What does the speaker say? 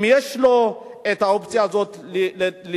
אם יש לו את האופציה הזאת לפרוץ,